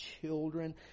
children